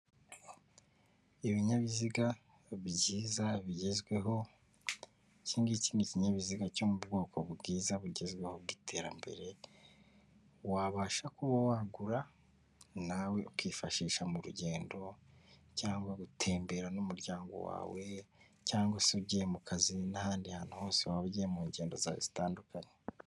Ibinyabiziga byiza bigezweho iki ngiki ni kinyabiziga cyo mu bwoko bwiza bugezweho bw'iterambere wabasha kuba wagura nawe ukifashisha mu rugendo cyangwa gutembera n'umuryango wawe cyangwa se ugiye mu kazi n'ahandi hantu hose waba ugiye mu ngendo zawe zitandukanye.